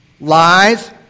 Lies